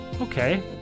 Okay